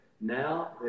Now